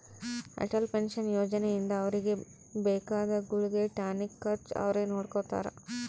Atal pension ಯೋಜನೆ ಇಂದ ಅವ್ರಿಗೆ ಬೇಕಾದ ಗುಳ್ಗೆ ಟಾನಿಕ್ ಖರ್ಚು ಅವ್ರೆ ನೊಡ್ಕೊತಾರ